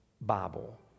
Bible